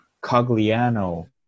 Cogliano